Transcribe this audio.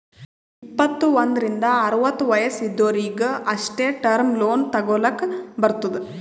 ಇಪ್ಪತ್ತು ಒಂದ್ರಿಂದ್ ಅರವತ್ತ ವಯಸ್ಸ್ ಇದ್ದೊರಿಗ್ ಅಷ್ಟೇ ಟರ್ಮ್ ಲೋನ್ ತಗೊಲ್ಲಕ್ ಬರ್ತುದ್